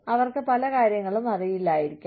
അവർക്ക് പല കാര്യങ്ങളും അറിയില്ലായിരിക്കാം